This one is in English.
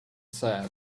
said